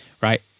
right